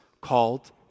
called